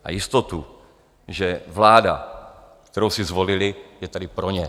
A jistotu, že vláda, kterou si zvolili, je tady pro ně.